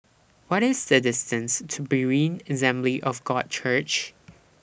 What IS The distance to Berean Assembly of God Church